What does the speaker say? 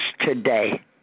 today